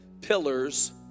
Pillars